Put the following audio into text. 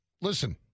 listen